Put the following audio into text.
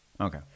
Okay